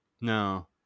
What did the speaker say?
no